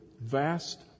vast